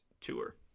tour